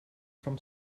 from